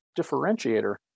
differentiator